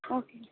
ஓகேங்க